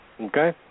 Okay